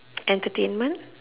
entertainment